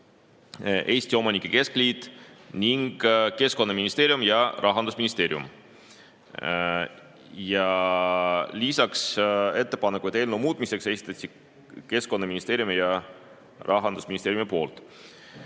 Eesti Omanike Keskliit ning Keskkonnaministeerium ja Rahandusministeerium. Ja lisaks esitasid ettepanekuid eelnõu muutmiseks Keskkonnaministeerium ja Rahandusministeerium. Eesti